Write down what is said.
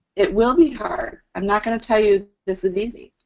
it will be hard. i'm not going to tell you this is easy.